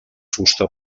fusta